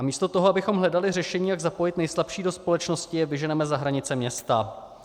Místo toho, abychom hledali řešení, jak zapojit nejslabší do společnosti, je vyženeme za hranice města.